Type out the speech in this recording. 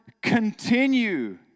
continue